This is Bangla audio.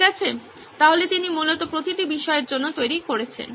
ঠিক আছে তাহলে তিনি মূলত প্রতিটি বিষয়ের জন্য তৈরি করছেন